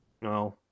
no